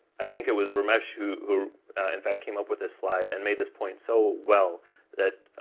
i think it was ramesh who who in fact came up with this slide and made this point so well that,